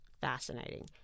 fascinating